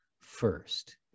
first